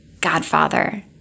godfather